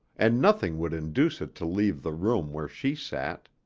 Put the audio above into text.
and nothing would induce it to leave the room where she sat.